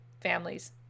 families